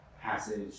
passage